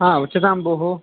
हा उच्यतां भोः